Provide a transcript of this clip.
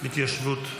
התיישבות.